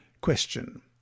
Question